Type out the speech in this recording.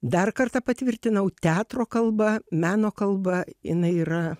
dar kartą patvirtinau teatro kalbą meno kalbą jinai yra